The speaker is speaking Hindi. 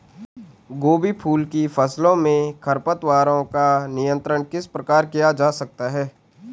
गोभी फूल की फसलों में खरपतवारों का नियंत्रण किस प्रकार किया जा सकता है?